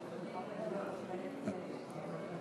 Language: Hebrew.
רגע.